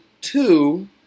two